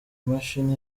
mashini